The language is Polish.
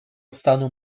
stanu